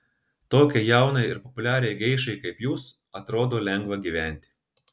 tokiai jaunai ir populiariai geišai kaip jūs atrodo lengva gyventi